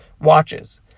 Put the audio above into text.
watches